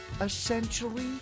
essentially